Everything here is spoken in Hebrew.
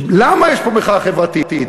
למה יש פה מחאה חברתית?